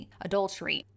adultery